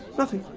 nothing,